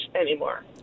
anymore